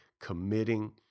Committing